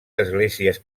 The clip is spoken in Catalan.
esglésies